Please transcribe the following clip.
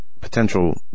potential